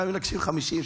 גם אם נגשים 50%,